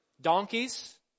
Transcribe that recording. Donkeys